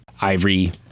ivory